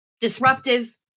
disruptive